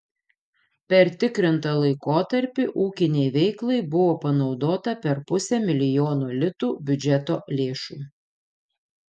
per tikrintą laikotarpį ūkinei veiklai buvo panaudota per pusę milijono litų biudžeto lėšų